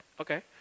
Okay